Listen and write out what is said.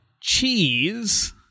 Cheese